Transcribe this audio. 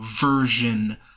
version